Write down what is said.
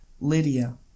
lydia